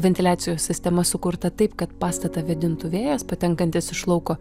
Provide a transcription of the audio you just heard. ventiliacijos sistema sukurta taip kad pastatą vėdintų vėjas patenkantis iš lauko